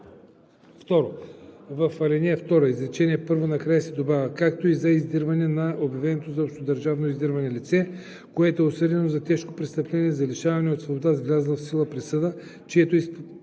В ал. 2, изречение първо накрая се добавя: „както и за издирване на обявено за общодържавно издирване лице, което е осъдено за тежко престъпление на лишаване от свобода с влязла в сила присъда, чието изпълнение